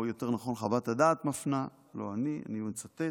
או יותר נכון, חוות הדעת מפנה, לא אני, אני מצטט,